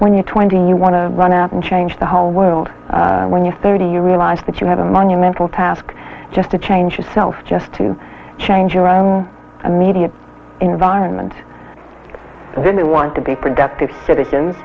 when you're twenty you want to run out and change the whole world when you're thirty you realize that you have a monumental task just to change yourself just to change your own immediate environment then they want to be productive citizens